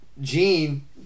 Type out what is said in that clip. Gene